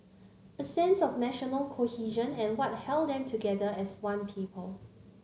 a sense of national cohesion and what held them together as one people